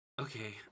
Okay